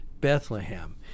Bethlehem